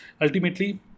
ultimately